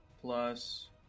plus